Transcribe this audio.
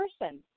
person